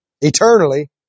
eternally